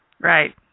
Right